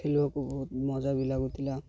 ଖେଳିବାକୁ ବହୁତ ମଜା ବି ଲାଗୁଥିଲା